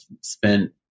spent